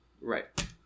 right